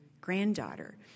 granddaughter